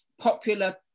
popular